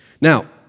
Now